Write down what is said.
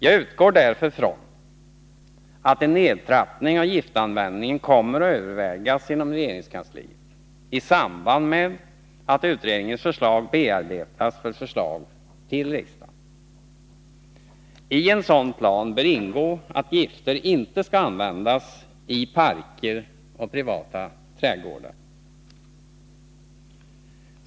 Jag utgår därför från att en nedtrappning av giftanvändningen kommer att övervägas inom regeringskansliet i samband med att utredningens förslag bearbetas för förslag till riksdagen. I en sådan plan bör ingå att gifter inte skall användas i parker och privata trädgårdar.